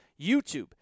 YouTube